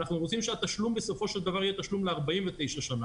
אנחנו רוצים שהתשלום בסופו של דבר יהיה תשלום ל-49 שנים.